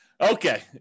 Okay